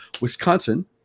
Wisconsin